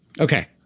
okay